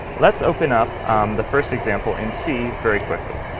let's open up the first example and see very quickly.